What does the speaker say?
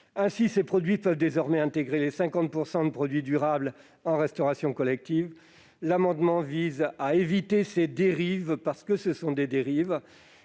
Ainsi, ces produits peuvent désormais intégrer les 50 % de produits durables en restauration collective. L'amendement vise à éviter ces dérives et à exclure les